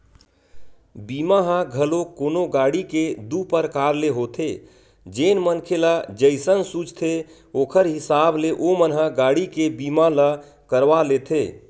बीमा ह घलोक कोनो गाड़ी के दू परकार ले होथे जेन मनखे ल जइसन सूझथे ओखर हिसाब ले ओमन ह गाड़ी के बीमा ल करवा लेथे